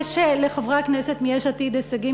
יש לחברי הכנסת מיש עתיד הישגים,